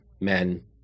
men